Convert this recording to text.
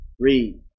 Read